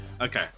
Okay